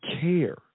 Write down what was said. care